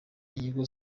inyigo